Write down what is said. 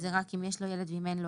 זה רק אם יש לו ילד אחד או אין לו